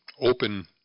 open